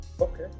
Okay